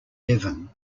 devon